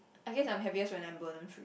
I guess I'm happiest when I am burden free